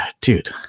dude